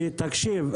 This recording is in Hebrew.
תקשיב,